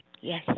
Yes